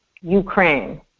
Ukraine